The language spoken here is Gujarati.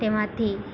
તેમાંથી